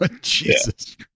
Jesus